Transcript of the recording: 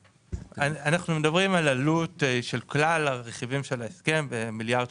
אנחנו מדברים על עלות של כלל הרכיבים של ההסכם ב-1.35 מיליארד.